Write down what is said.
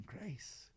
grace